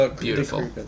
beautiful